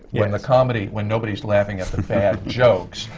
when the comedy, when nobody's laughing at the bad jokes,